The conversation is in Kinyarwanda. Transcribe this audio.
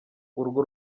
urwo